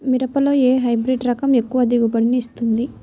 మిరపలో ఏ హైబ్రిడ్ రకం ఎక్కువ దిగుబడిని ఇస్తుంది?